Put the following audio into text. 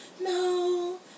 No